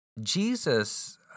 Jesus